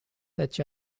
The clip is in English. such